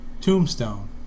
Tombstone